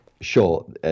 Sure